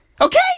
Okay